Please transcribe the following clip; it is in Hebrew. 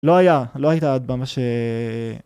לא היה, לא הייתה עד במה ש...